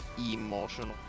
emotional